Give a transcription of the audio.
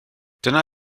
dyna